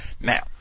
Now